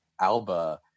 Alba